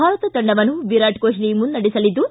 ಭಾರತ ತಂಡವನ್ನು ವಿರಾಟ್ ಕೊಟ್ಲಿ ಮುನ್ನೆಡೆಸಲಿದ್ದು